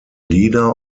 leader